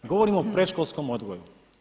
Govorim o predškolskom odgoju.